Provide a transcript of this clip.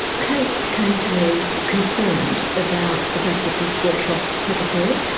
kate came to me concerned about the fact that this workshop had occurred,